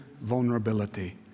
vulnerability